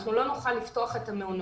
אנחנו לא נוכל לפתוח את המעונות.